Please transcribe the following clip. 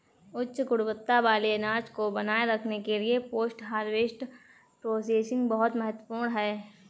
उच्च गुणवत्ता वाले अनाज को बनाए रखने के लिए पोस्ट हार्वेस्ट प्रोसेसिंग बहुत महत्वपूर्ण है